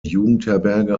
jugendherberge